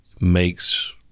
makes